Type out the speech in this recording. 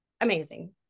amazing